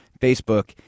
Facebook